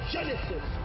Genesis